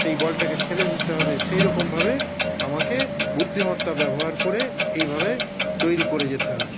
সেই বলটাকে ছেড়ে দিতে হবে সেইরকমভাবে আমাকে বুদ্ধিমত্তা ব্যবহার করে এইভাবে তৈরি করে যেতে হবে